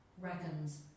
reckons